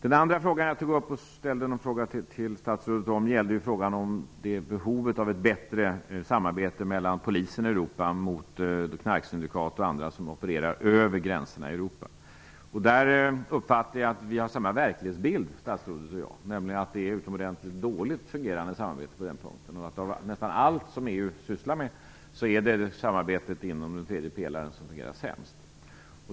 Den andra frågan som jag ställde till statsrådet gällde frågan om behovet av ett bättre polissamarbete i Europa mot knarksyndikat och andra som opererar över gränserna i Europa. Jag uppfattar att statsrådet och jag har samma verklighetsbild, nämligen att samarbetet fungerar utomordentligt dåligt på den punkten. Av nästan allt som EU sysslar med är det samarbetet inom den tredje pelaren som fungerar sämst.